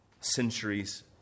centuries